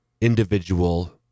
individual